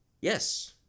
Yes